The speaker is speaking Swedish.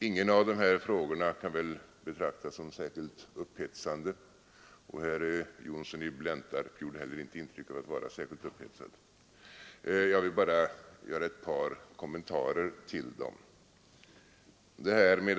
Ingen av dessa frågor kan väl betraktas som särskilt upphetsande, och herr Johnsson i Blentarp gjorde heller inte intryck av att vara särskilt upphetsad. Jag vill bara göra ett par kommentarer till reservationerna.